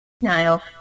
Niall